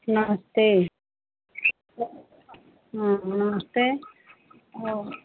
नमस्ते हाँ नमस्ते और